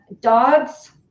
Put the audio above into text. dogs